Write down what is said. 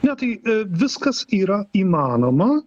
ne tai viskas yra įmanoma